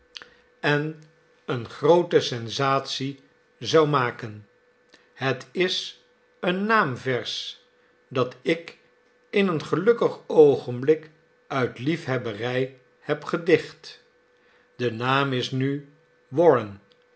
en eene groote sensatie zou maken het is een naamvers dat ik in een gelukkig oogenblik uit liefhebberij heb gedicht de naam is nu